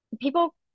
people